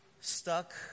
stuck